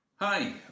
Hi